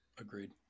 agreed